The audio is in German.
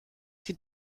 die